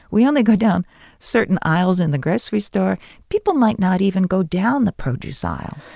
we only go down certain aisles in the grocery store. people might not even go down the produce aisle